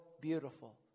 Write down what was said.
beautiful